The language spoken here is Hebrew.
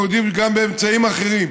וגם באמצעים אחרים.